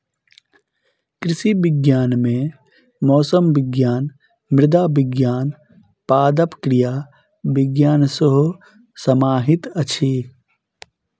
कृषि विज्ञान मे मौसम विज्ञान, मृदा विज्ञान, पादप क्रिया विज्ञान सेहो समाहित अछि